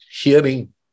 hearing